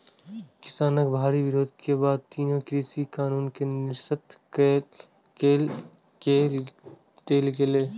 किसानक भारी विरोध के बाद तीनू कृषि कानून कें निरस्त कए देल गेलै